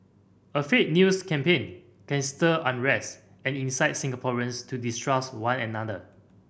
a fake news campaign can stir unrest and incite Singaporeans to distrust one another